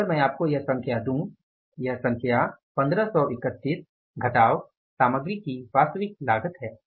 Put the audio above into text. अगर मैं आपको यह संख्या दूं यह संख्या 1531 घटाव सामग्री की वास्तविक लागत है